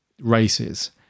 races